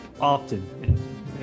often